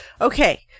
okay